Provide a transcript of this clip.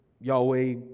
Yahweh